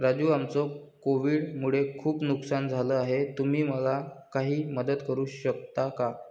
राजू आमचं कोविड मुळे खूप नुकसान झालं आहे तुम्ही मला काही मदत करू शकता का?